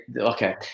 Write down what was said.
okay